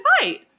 fight